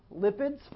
lipids